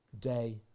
day